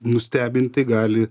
nustebinti gali